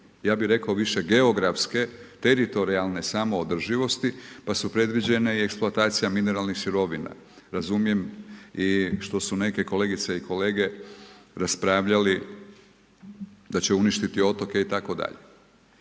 Ja bih rekao više geografske, teritorijalne samoodrživosti pa su predviđene i eksploatacija mineralnih sirovina. Razumijem i što su neke kolegice i kolege raspravljali da će uništiti otoke itd..